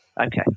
Okay